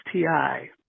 STI